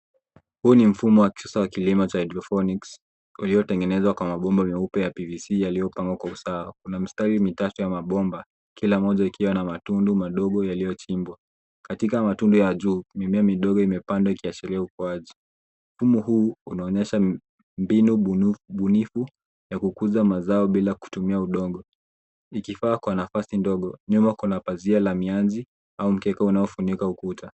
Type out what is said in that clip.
Huu ni mfumo wa kisasa wa kilimo cha Hydroponics uliotengenezwa kwa mabomba meupe ya PVC yaliyopangwa kwa usawa. Kuna mistari mitatu ya mabomba kila mmoja ikiwa na matundu madogo yaliyochimbwa. Katika matunda ya juu mimea, midogo imepandwa ikiashiria ukuaji. Mfumo huu unaonyesha mbinu bunifu ya kukuza mazao bila kutumia udongo ikifaa nafasi ndogo. Nyuma kuna pazia la mianzi au mkeka unaofunika ukuta.